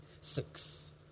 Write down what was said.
Six